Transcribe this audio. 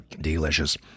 Delicious